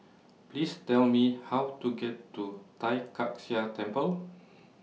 Please Tell Me How to get to Tai Kak Seah Temple